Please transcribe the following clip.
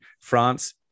france